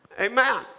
Amen